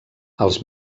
els